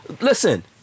Listen